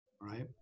right